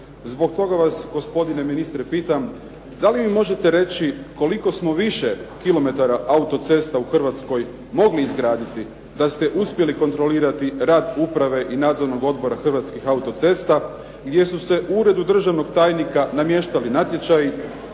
Zbog toga vas gospodine ministre pitam da li mi možete reći koliko smo više kilometara autocesta u Hrvatskoj mogli izgraditi da ste uspjeli kontrolirati rad Uprave i Nadzornog odbora Hrvatskih autocesta gdje su se u Uredu državnog tajnika namještali natječaji,